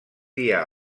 dia